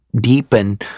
Deepen